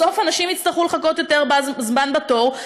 בסוף אנשים יצטרכו לחכות יותר זמן בתור.